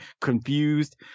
confused